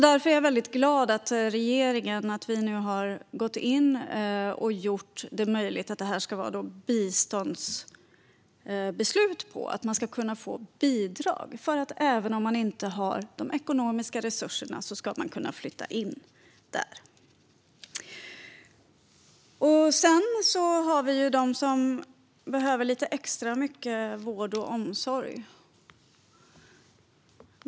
Därför är jag väldigt glad att regeringen nu har gått in och gjort det möjligt att det ska vara biståndsbeslut på att man ska kunna få bidrag. Även om man inte har de ekonomiska resurserna ska man kunna flytta in där. Sedan har vi boenden för dem som behöver lite extra mycket vård och omsorg.